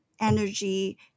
energy